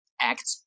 act